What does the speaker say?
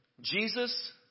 Jesus